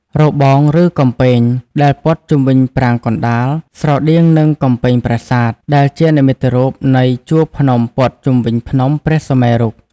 របង ឬកំពែង ដែលព័ទ្ធជុំវិញប្រាង្គកណ្តាល ស្រដៀងនឹងកំពែងប្រាសាទ ដែលជានិមិត្តរូបនៃ ជួរភ្នំព័ទ្ធជុំវិញភ្នំព្រះសុមេរុ ។